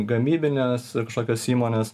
gamybinės kažkokios įmonės